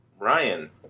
Ryan